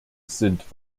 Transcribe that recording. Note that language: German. sind